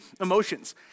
emotions